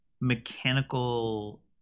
mechanical